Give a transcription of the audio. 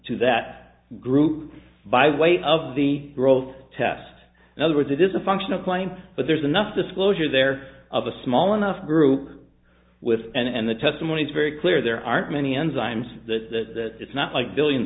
to that group by way of the growth test in other words it is a functional client but there's enough disclosure there of a small enough group with and the testimony is very clear there aren't many enzymes that that it's not like billions